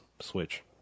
switch